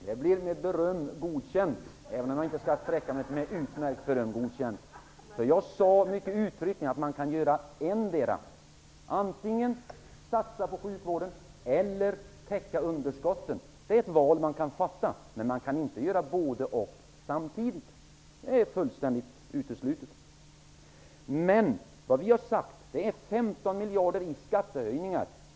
Herr talman! Nej, det blir med beröm godkänt även om jag inte skall sträcka mig till med utmärkt beröm godkänt. Jag sade uttryckligen att man kan göra endera. Antingen kan man satsa på sjukvården eller också kan man täcka underskotten. Det är ett val man kan göra. Men man kan inte göra både--och samtidigt. Det är helt uteslutet. Vi har talat om 15 miljarder i skattehöjningar.